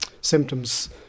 symptoms